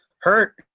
hurt